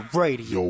radio